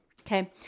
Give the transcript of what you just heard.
Okay